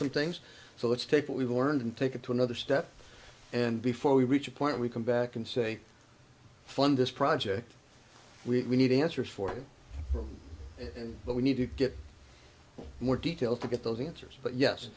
some things so let's take what we've learned and take it to another step and before we reach a point we come back and say fundis project we need answers for and what we need to get more detail to get those answers but yes